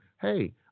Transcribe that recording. hey